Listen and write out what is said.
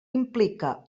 implica